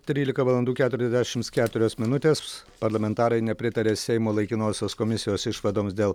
trylika valandų keturiasdešims keturios minutės parlamentarai nepritarė seimo laikinosios komisijos išvadoms dėl